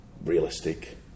realistic